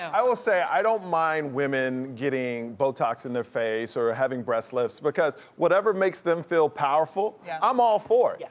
i will say, i don't mind women getting botox in their face or having breast lifts because whatever makes them feel powerful, yeah i'm all for yeah